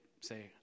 say